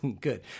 Good